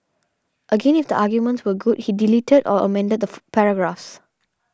again if the arguments were good he deleted or amended the paragraphs